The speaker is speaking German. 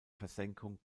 versenkung